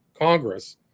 congress